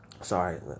sorry